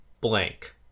blank